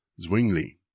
Zwingli